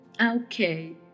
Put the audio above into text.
Okay